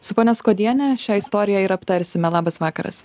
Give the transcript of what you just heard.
su ponia skuodiene šią istoriją ir aptarsime labas vakaras